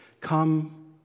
come